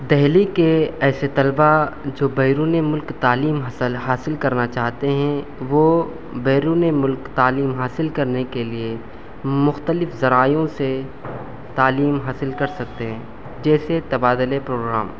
دہلی کے ایسے طلبا جو بیرونِ ملک تعلیم حصل حاصل کرنا چاہتے ہیں وہ بیرونِ ملک تعلیم حاصل کرنے کے لیے مختلف ذرائعوں سے تعلیم حاصل کر سکتے ہیں جیسے تبادلہ پروگرام